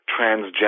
transgender